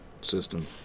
system